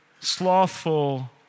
slothful